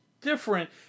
different